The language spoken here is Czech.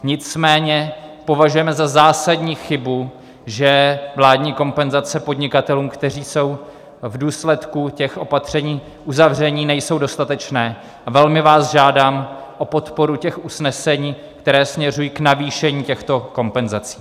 Nicméně považujeme za zásadní chybu, že vládní kompenzace podnikatelům, kteří jsou v důsledku těch opatření uzavření, nejsou dostatečné, a velmi vás žádám o podporu těch usnesení, která směřují k navýšení těchto kompenzací.